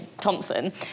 Thompson